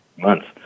months